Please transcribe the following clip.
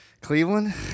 Cleveland